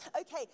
Okay